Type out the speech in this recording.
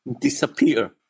disappear